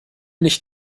nicht